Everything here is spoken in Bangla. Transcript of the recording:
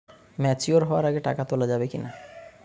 ম্যাচিওর হওয়ার আগে টাকা তোলা যাবে কিনা?